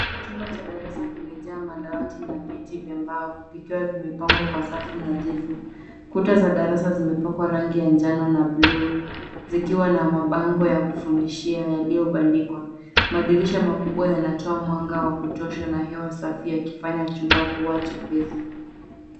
Chumba cha darasa kimejaa madawati na viti vya mbao, vikiwa wimepangwa kwa safu nadhifu. Kuta za darasa zimepakwa rangi ya njano na bluu, zikiwa na mabango ya kufundishia yaliiyobandikwa. Madirisha makubwa yanatoa mwanga wa kutosha na hewa safi yakifanya chumba kuwa chepesi.